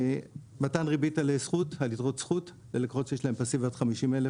מתן ריבית על יתרות זכות ללקוחות שיש להם בסביבות 50,000,